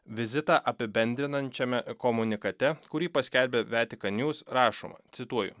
vizitą apibendrinančiame komunikate kurį paskelbė vetikan nius rašoma cituoju